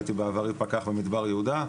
הייתי בעברי פקח במדבר יהודה,